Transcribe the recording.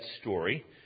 story